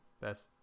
best